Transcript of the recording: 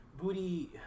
booty